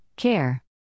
Care